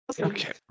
Okay